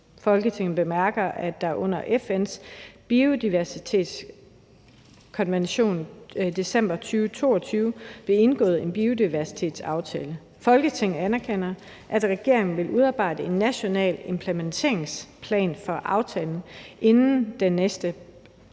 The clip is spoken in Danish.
Folketinget bemærker, at der under FN's biodiversitetskonvention (december 2022) blev indgået en ny biodiversitetsaftale. Folketinget anerkender, at regeringen vil udarbejde en national implementeringsplan for aftalen inden den næste